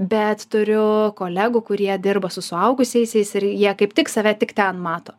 bet turiu kolegų kurie dirba su suaugusiaisiais ir jie kaip tik save tik ten mato